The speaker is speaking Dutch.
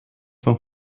van